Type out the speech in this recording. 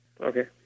Okay